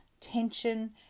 tension